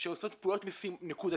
שעושות פעולות נקודתיות,